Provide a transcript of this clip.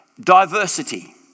diversity